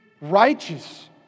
righteous